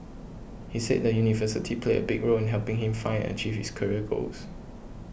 he said the university played a big role in helping him find and achieve his career goals